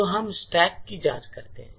तो हम स्टैक की जांच करते हैं